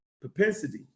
propensity